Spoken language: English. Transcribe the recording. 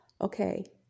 okay